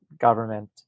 government